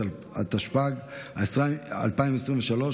התשפ"ג 2023,